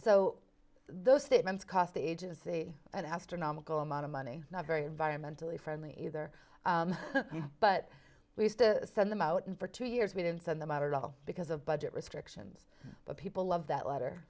so those statements cost the agency an astronomical amount of money not very environmentally friendly either but we used to send them out and for two years we didn't send them out at all because of budget restrictions but people love that letter